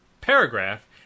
paragraph